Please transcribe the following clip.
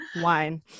wine